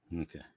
Okay